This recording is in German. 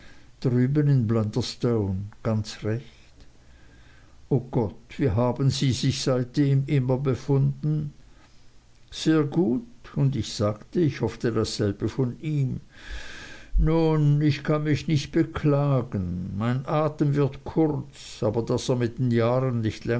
in blunderstone ganz echt o gott wie haben sie sich seitdem immer befunden sehr gut und ich sagte ich hoffte dasselbe von ihm nun ich kann mich nicht beklagen mein atem wird kurz aber daß er mit den jahren nicht